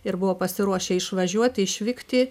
ir buvo pasiruošę išvažiuoti išvykti